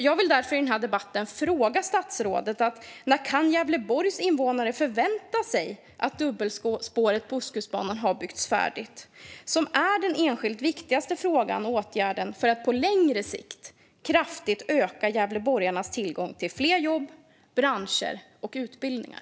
Jag vill därför i denna debatt fråga statsrådet: När kan Gävleborgs invånare förvänta sig att dubbelspåret på Ostkustbanan har byggts färdigt? Detta är den enskilt viktigaste frågan och åtgärden för att på längre sikt kraftigt öka gävleborgarnas tillgång till fler jobb, branscher och utbildningar.